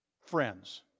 friends